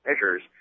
measures